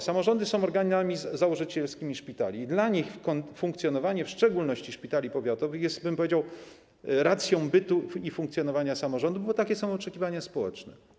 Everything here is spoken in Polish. Samorządy są organami założycielskimi szpitali i dla nich funkcjonowanie w szczególności szpitali powiatowych jest, powiedziałbym, racją bytu i funkcjonowania samorządu, bo takie są oczekiwania społeczne.